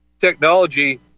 technology